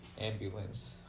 ambulance